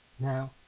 Now